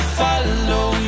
follow